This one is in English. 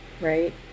right